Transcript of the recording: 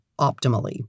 optimally